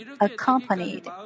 accompanied